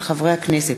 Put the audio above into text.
של חברי הכנסת